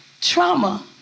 trauma